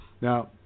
Now